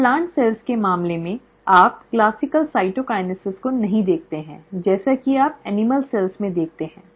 तो plant cells के मामले में आप क्लासिक साइटोकिन्सिस को नहीं देखते हैं जैसा कि आप एनिमल कोशिकाओं में देखते हैं